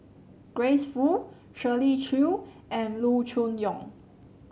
Grace Fu Shirley Chew and Loo Choon Yong